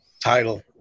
title